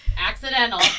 Accidental